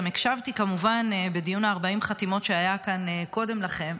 גם הקשבתי כמובן לדיון 40 החתימות שהיה כאן קודם לכן.